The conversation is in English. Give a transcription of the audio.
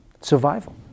survival